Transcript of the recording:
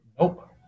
Nope